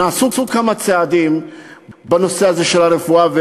נעשו כמה צעדים בנושא הזה של הרפואה,